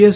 S